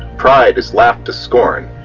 pride is laughed to scorn,